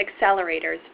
accelerators